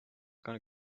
gonna